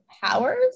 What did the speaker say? powers